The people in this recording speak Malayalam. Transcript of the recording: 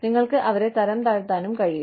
നിങ്ങൾക്ക് അവരെ തരംതാഴ്ത്താനും കഴിയും